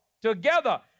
together